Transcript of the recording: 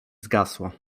zgasła